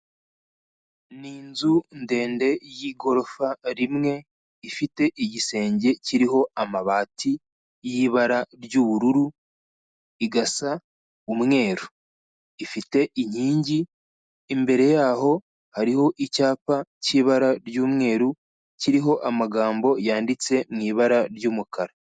Ni inzu ndende y'igorofa rimwe ifite igisenge kiriho amabati y'ibara ry'ubururu igasa umweru ifite inkingi, imbere yaho hariho icyapa k'ibara ry'umweru kiriho amagambo yanditse mu ibara ry'umukara.